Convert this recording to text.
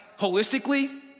holistically